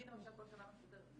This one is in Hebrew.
אני למשל כל שנה מפוטרת.